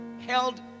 held